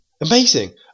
amazing